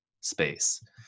space